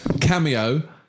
Cameo